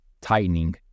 Tightening